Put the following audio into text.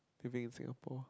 living in Singapore